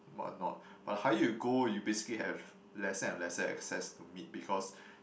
what not but the higher you go you basically have lesser and lesser access to meat because